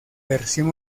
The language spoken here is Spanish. versión